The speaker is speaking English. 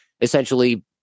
essentially